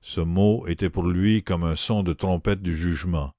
ce mot était pour lui comme un son de trompette du jugement